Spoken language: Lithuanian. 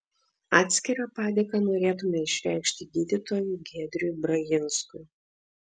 atskirą padėką norėtume išreikšti gydytojui giedriui brajinskui